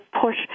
push